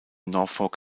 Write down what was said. norfolk